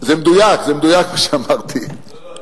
זה מדויק, זה מדויק מה שאמרתי, לא,